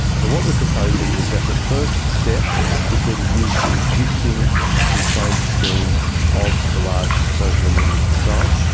so what we're proposing is that the first step would be to use the existing complaints scheme of the large social media site,